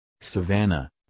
Savannah